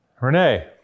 Renee